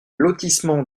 lotissement